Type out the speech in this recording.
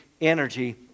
energy